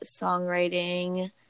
Songwriting